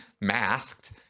masked